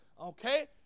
Okay